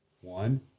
One